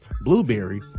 Blueberry